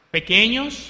pequeños